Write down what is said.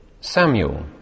Samuel